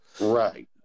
Right